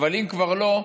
אבל אם כבר לא,